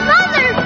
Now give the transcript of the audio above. Mother